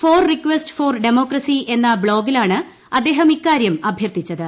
four request for democracy എന്ന ബ്ലോഗിലാണ് അദ്ദേഹം ഈ കാര്യം അഭ്യർത്ഥിച്ചത്